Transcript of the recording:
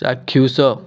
ଚାକ୍ଷୁଷ